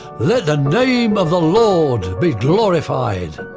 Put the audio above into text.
let the name of the lord by glorified,